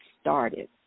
started